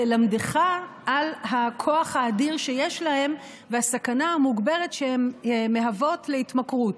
ללמדך על הכוח האדיר שיש להן והסכנה המוגברת שהן מהוות להתמכרות.